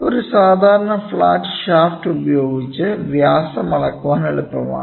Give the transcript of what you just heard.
ഒരു സാധാരണ flat shaft ഉപയോഗിച്ച് വ്യാസം അളക്കാൻ എളുപ്പമാണ്